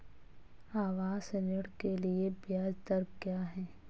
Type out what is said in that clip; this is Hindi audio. आवास ऋण के लिए ब्याज दर क्या हैं?